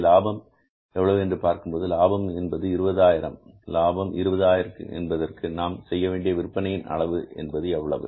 லாபம் இங்கே எவ்வளவு என்று பார்க்கும்போது லாபம் என்பது 20000 லாபம் 20000 என்பதற்கு நாம் செய்யவேண்டிய விற்பனையின் அளவு என்பது எவ்வளவு